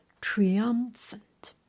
Triumphant